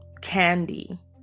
candy